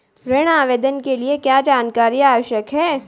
ऋण आवेदन के लिए क्या जानकारी आवश्यक है?